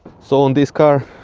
so on this car,